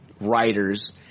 writers